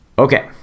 Okay